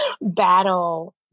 battle